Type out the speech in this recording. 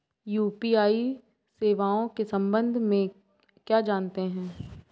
UPI सेवाओं के संबंध में क्या जानते हैं?